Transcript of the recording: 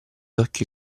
occhio